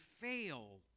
fail